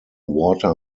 water